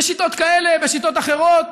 בשיטות כאלה, בשיטות אחרות,